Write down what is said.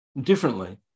differently